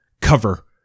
Cover